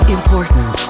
Important